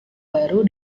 baru